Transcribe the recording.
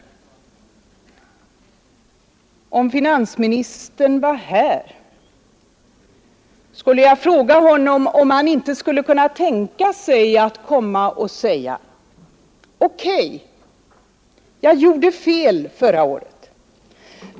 Om finansministern vore här, skulle jag fråga honom om han inte skulle kunna tänka sig att komma och säga: Okay, jag gjorde fel förra året.